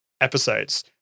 episodes